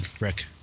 Rick